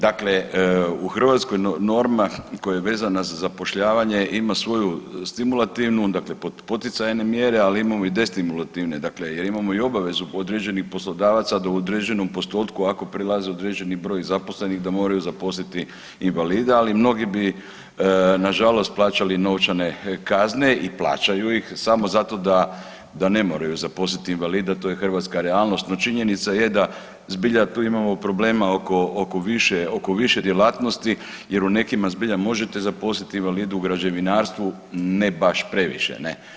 Dakle u Hrvatskoj norma koja je vezana za zapošljavanje ima svoju stimulativnu, dakle poticajne mjere, ali imamo i destimulativne, dakle jer imamo i obavezu određenih poslodavaca da u određenom postotku, ako prelaze određeni broj zaposlenih, da moraju zaposliti invalida, ali mnogi bi nažalost plaćali novčane kazne i plaćaju ih, samo zato da ne moraju zaposliti invalida, to je hrvatska realnost, no, činjenica je da zbilja tu imamo problema oko više djelatnosti jer u nekima zbilja možete zaposliti invalida, u građevinarstvu ne baš previše, ne?